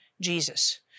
Jesus